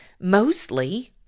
mostly